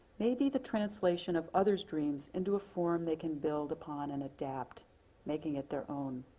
may be the translation of other's dreams into a form they can build upon and adapt making it their own.